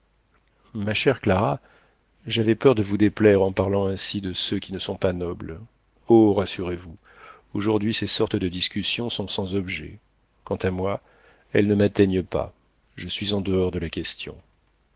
ma chère clara j'avais peur de vous déplaire en parlant ainsi de ceux qui ne sont pas nobles oh rassurez-vous aujourd'hui ces sortes de discussions sont sans objet quant à moi elles ne m'atteignent pas je suis en dehors de la question